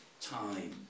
time